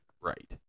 Right